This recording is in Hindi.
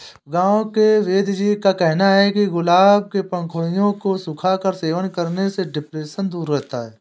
गांव के वेदजी का कहना है कि गुलाब के पंखुड़ियों को सुखाकर सेवन करने से डिप्रेशन दूर रहता है